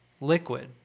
liquid